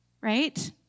right